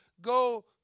go